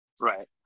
Right